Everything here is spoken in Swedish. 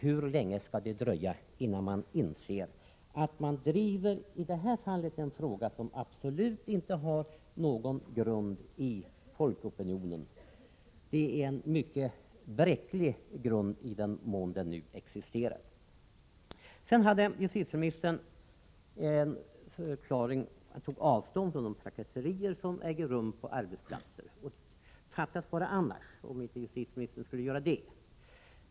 Hur länge skall det dröja innan man inser att man i det här fallet driver en fråga som har en mycket bräcklig grund i opinionen, i den mån någon sådan grund alls existerar. Justitieministern tog avstånd från de trakasserier som äger rum på arbetsplatser — fattas bara att justitieministern inte skulle göra det!